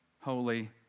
holy